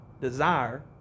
desire